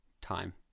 time